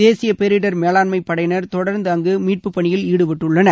தேசிய பேரிடர் மேலாண்மை படையினர் தொடர்ந்து அங்கு மீட்புப் பணியில் ஈடுபட்டுள்ளனர்